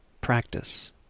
practice